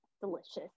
Delicious